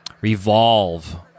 revolve